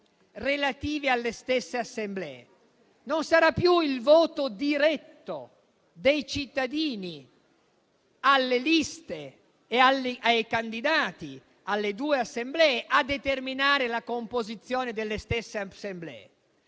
relativi alle stesse Assemblee, non sarà più il voto diretto dei cittadini alle liste e ai candidati alle due Assemblee a determinare la composizione delle stesse.